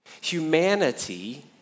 Humanity